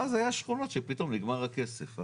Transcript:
ואז היו שכונות שפתאום נגמר הכסף.